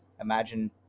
Imagine